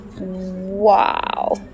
Wow